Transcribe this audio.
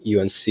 UNC